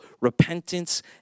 repentance